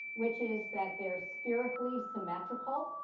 which is that they're spherically symmetrical.